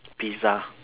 pizza